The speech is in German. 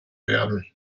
werden